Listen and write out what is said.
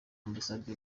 ambasade